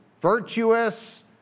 virtuous